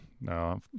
no